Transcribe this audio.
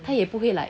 他也不会 like